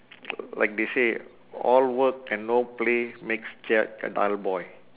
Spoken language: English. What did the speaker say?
like they say all work and no play makes jack a dull boy